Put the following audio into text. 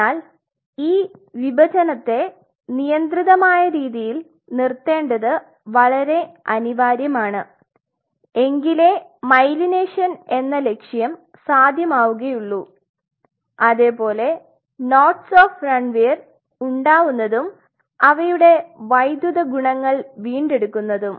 എന്നാൽ ഈ വിഭജനത്തെ നിയന്ത്രിതമായ രീതിയിൽ നിർത്തേണ്ടത് വളരെ അനിവാര്യമാണ് എങ്കിലേ മൈലൈനേഷൻ എന്ന ലക്ഷ്യം സാധ്യമാവുള്ളു അതേപോലെ നോട്സ് ഓഫ് രൺവിയർ ഉണ്ടാവുന്നതും അവയുടെ വൈദ്യുത ഗുണങ്ങൾ വീണ്ടെടുക്കുന്നതും